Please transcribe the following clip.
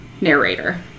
narrator